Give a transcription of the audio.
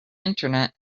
internet